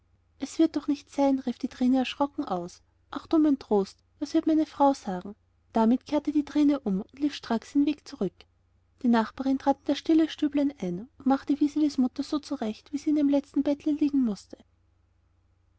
es wird doch nicht sein rief die trine erschrocken aus ach du mein trost was wird meine frau sagen damit kehrte die trine um und lief stracks ihren weg zurück die nachbarin trat in das stille stüblein ein und machte wiselis mutter so zurecht wie sie in ihrem letzten bettlein liegen mußte